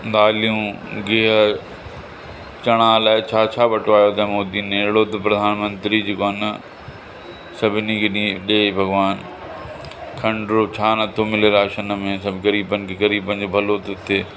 दालियूं गिहर चणा अलाए छा छा बंटवाए अथई मोदी ने अहिड़ो त प्रधानमंत्री जी गाना सभिनी खे ॾे ॾेई भॻवान खंडु छा नथो मिले राशन में सभु ग़रीबनि खे ग़रीबनि जो भलो थो थिए